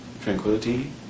tranquility